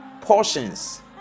portions